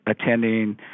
attending